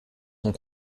sont